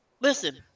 listen